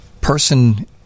person